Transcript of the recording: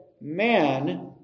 man